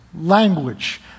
language